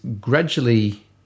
gradually